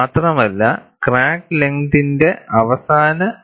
മാത്രമല്ല ക്രാക്ക് ലെങ്തിന്റെ അവസാന 2